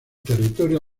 territorio